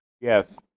Yes